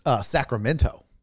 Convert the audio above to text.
Sacramento